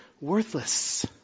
worthless